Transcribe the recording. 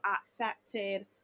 accepted